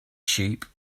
sheep